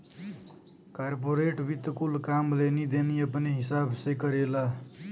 corporate वित्त कुल काम लेनी देनी अपने हिसाब से करेला